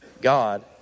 God